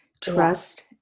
Trust